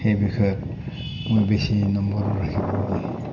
সেই বিষয়ত মই বেছি নম্বৰো ৰাখিবলৈ